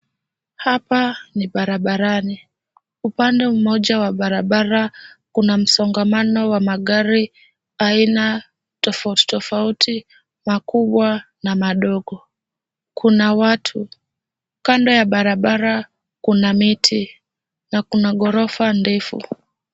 Hapa ni barabarani. Upande mmoja wa barabara kuna msongamano wa magari aina tofauti tofauti makubwa na madogo. Kuna watu. Kando ya barabara kuna miti na kuna ghorofa ndefu.